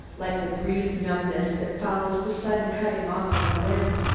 like the brief numbness that follows the sudden cutting off of a limb,